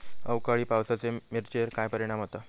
अवकाळी पावसाचे मिरचेर काय परिणाम होता?